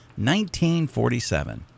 1947